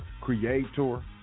creator